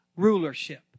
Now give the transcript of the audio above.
rulership